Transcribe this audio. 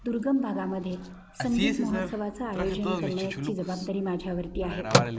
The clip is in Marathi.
दुर्गम भागामध्ये संगीत महोत्सवाचं आयोजन करण्याची जबाबदारी माझ्यावर आहे